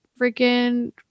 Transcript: freaking